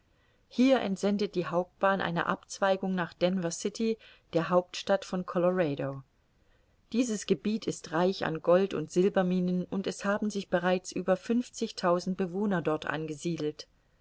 hier entsendet die hauptbahn eine abzweigung nach denver city der hauptstadt von colorado dieses gebiet ist reich an gold und silberminen und es haben sich bereits über fünfzigtausend bewohner dort angesiedelt